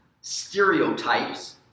stereotypes